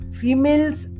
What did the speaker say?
females